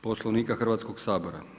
Poslovnika Hrvatskog sabora.